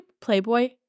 Playboy